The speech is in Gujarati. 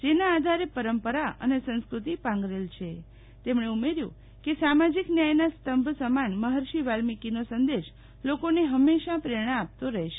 જેના આંધારે પરંપરા અને સંસ્કૃતિ પાંગરેલ છે તેમણે ઉમેર્યૂં કે સામાજિક ન્યાયનાં સ્તંભ સમાન મફર્ષી વાલ્મિકીની સંદેશ લોકોને ફંમેશા પ્રેરણા આપતો રહેશે